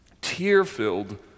tear-filled